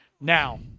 Now